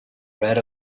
red